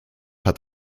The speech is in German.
hat